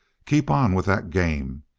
keep on with that game.